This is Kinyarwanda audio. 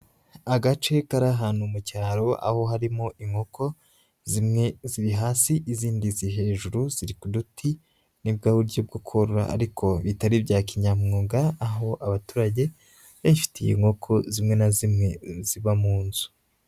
Agace kari ahantu mu cyaro aho harimo inkoko zimwe ziri hasi, izindi ziri hejuru ziri ku duti, ni bwa buryo bwo korora ariko bitari ibya kinyamwuga, aho abaturage bifitiye inkoko zimwe na zimwe ziba mu nzu.